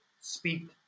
speed